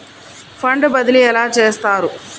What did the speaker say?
Fund బదిలీ ఎలా చేస్తారు?